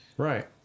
Right